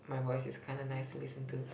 my voice is kinda nice to listen to